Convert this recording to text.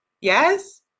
Yes